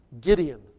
Gideon